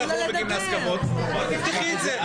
תגידי לוועדה.